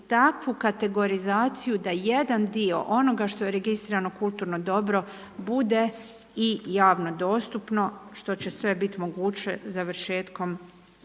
takvu kategorizaciju da jedan dio onoga što je registrirano kulturno dobro bude i javno dostupno, što će sve biti moguće završetkom